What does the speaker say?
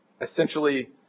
essentially